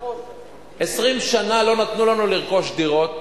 20 שנה לא נתנו לנו לרכוש דירות,